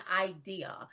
idea